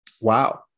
Wow